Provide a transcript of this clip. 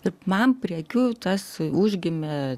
ir man prie akių tas užgimė